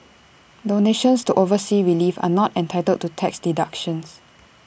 donations to overseas relief are not entitled to tax deductions